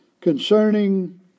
concerning